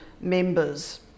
members